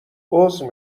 عذر